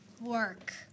Work